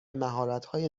مهارتهای